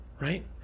right